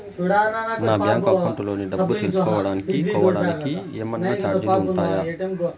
నా bank account లోని డబ్బు తెలుసుకోవడానికి కోవడానికి ఏమన్నా చార్జీలు ఉంటాయా?